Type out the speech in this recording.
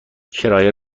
کرایه